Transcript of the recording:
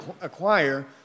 acquire